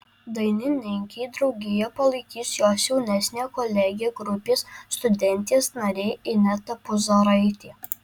dainininkei draugiją palaikys jos jaunesnė kolegė grupės studentės narė ineta puzaraitė